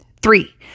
Three